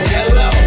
Hello